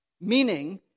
meaning